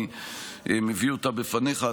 אני מביא אותה בפניך.